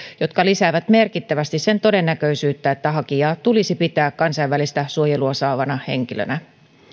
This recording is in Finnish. jotka lisäävät merkittävästi sen todennäköisyyttä että hakijaa tulisi pitää kansainvälistä suojelua saavana henkilönä